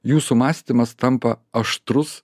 jūsų mąstymas tampa aštrus